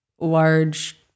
large